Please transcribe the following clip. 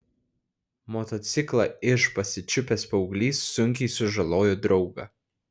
motociklą iž pasičiupęs paauglys sunkiai sužalojo draugą